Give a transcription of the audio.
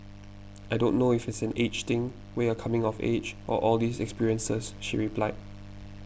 I don't know if it's an age thing where are coming of age or all these experiences she replied